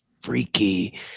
freaky